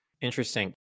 Interesting